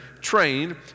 trained